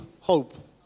hope